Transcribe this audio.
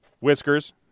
Whiskers